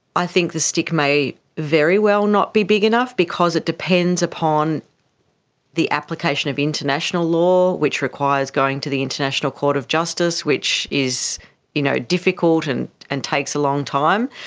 i think the stick may very well not be big enough because it depends upon the application of international law, which requires going to the international court of justice which is you know difficult and and takes a long time.